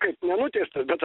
kaip nenuteistas bet